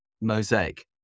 mosaic